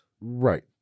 Right